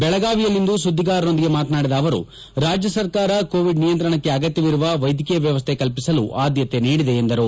ಬೆಳಗಾವಿಯಲ್ಲಿಂದು ಸುದ್ದಿಗಾರರೊಂದಿಗೆ ಮಾತನಾಡಿದ ಅವರು ರಾಜ್ಯ ಸರ್ಕಾರ ಕೋವಿಡ್ ನಿಯಂತ್ರಣಕ್ಕೆ ಅಗತ್ಯವಿರುವ ವೈದ್ಯಕೀಯ ವ್ಯವಸ್ಥೆ ಕಲ್ಪಿಸಲು ಆದ್ಯತೆ ನೀಡಿದೆ ಎಂದರು